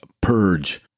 purge